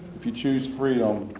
if you choose freedom,